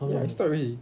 ya I stop already